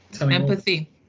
Empathy